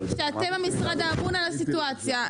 שאתם המשרד האמון על הסיטואציה.